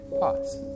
pause